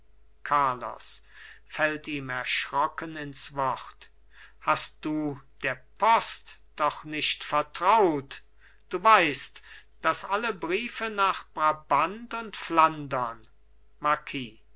carlos fällt ihm erschrocken ins wort hast du der post doch nicht vertraut du weißt daß alle briefe nach brabant und flandern